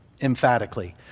emphatically